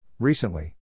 Recently